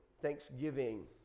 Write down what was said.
thanksgiving